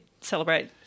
celebrate